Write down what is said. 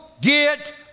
get